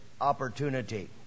opportunity